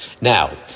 Now